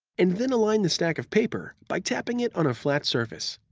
and then align the stack of paper by tapping it on a flat surface.